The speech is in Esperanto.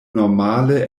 normale